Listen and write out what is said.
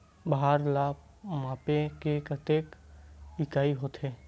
भार ला मापे के कतेक इकाई होथे?